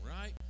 right